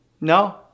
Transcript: no